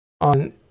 on